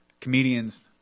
Comedians